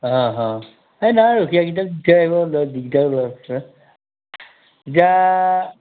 অঁ অঁ এই নাই ৰখীয়াকিটাক